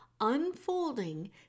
unfolding